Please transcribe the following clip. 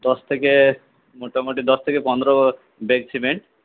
দশ থেকে মোটামুটি দশ থেকে পনেরো ব্যাগ সিমেন্ট